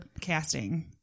casting